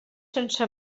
sense